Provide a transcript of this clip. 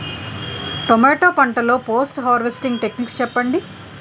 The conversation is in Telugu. టమాటా పంట లొ పోస్ట్ హార్వెస్టింగ్ టెక్నిక్స్ చెప్పండి?